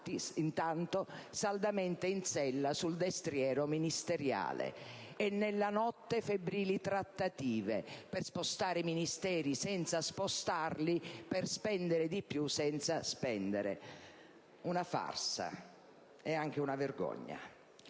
intanto saldamente in sella sul destriero ministeriale. E nella notte, febbrili trattative per spostare Ministeri senza spostarli, per spendere di più senza spendere: una farsa, e anche una vergogna!